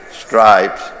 stripes